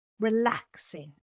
Relaxing